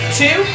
two